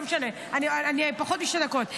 לא משנה, אני עוד פחות משתי דקות.